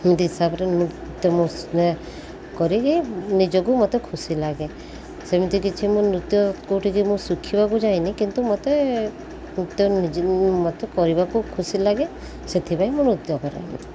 ସେମିତି ହିସାବରେ ନୃତ୍ୟ ମୁଁ କରିକି ନିଜକୁ ମୋତେ ଖୁସି ଲାଗେ ସେମିତି କିଛି ମୁଁ ନୃତ୍ୟ କେଉଁଠିକି ମୁଁ ଶୁଖିବାକୁ ଯାଇନି କିନ୍ତୁ ମୋତେ ନୃତ୍ୟ ମୋତେ କରିବାକୁ ଖୁସି ଲାଗେ ସେଥିପାଇଁ ମୁଁ ନୃତ୍ୟ କରେ